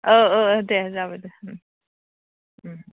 दे जाबाय दे